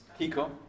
Kiko